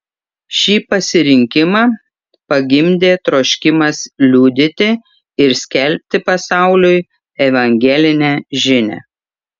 šį pasirinkimą pagimdė troškimas liudyti ir skelbti pasauliui evangelinę žinią